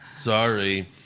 Sorry